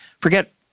forget